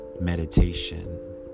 meditation